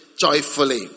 joyfully